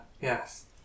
yes